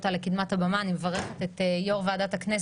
יש כרגע ועדות